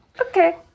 Okay